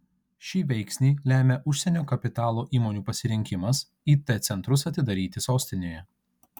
šį veiksnį lemia užsienio kapitalo įmonių pasirinkimas it centrus atidaryti sostinėje